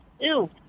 ew